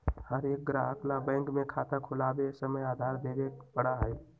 हर एक ग्राहक ला बैंक में खाता खुलवावे समय आधार देवे ही पड़ा हई